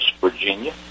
Virginia